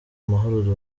mahoro